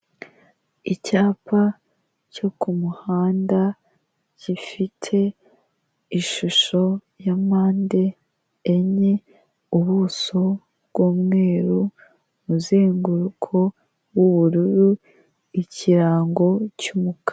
Icyapa cyo kumuhanda gifite ishusho ya mpande enye, ubuso bw'umweru, umuzenguruko w'ubururu, ikirango cy'umukara.